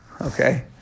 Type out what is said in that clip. Okay